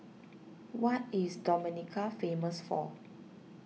what is Dominica famous for